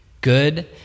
good